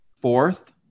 Fourth